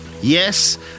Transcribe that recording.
Yes